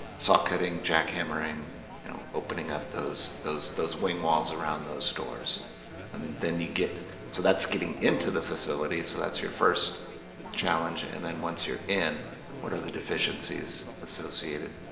saw cutting jackhammering you know opening up those those those wing walls around those doors and then you get so that's getting into the facility so that's your first challenge. and then once you're in what are the deficiencies associated?